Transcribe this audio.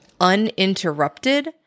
uninterrupted